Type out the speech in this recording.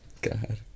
God